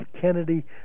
Kennedy